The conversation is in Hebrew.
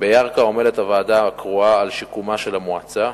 בירכא עמלה הוועדה הקרואה על שיקומה של המועצה,